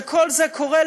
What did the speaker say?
כל זה קורה,